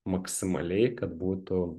maksimaliai kad būtų